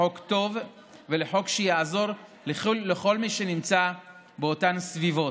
לחוק טוב ולחוק שיעזור לכל מי שנמצא באותן סביבות.